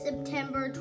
September